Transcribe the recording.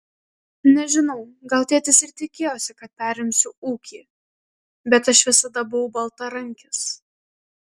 nežinau gal tėtis ir tikėjosi kad perimsiu ūkį bet aš visada buvau baltarankis